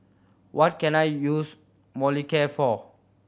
what can I use Molicare for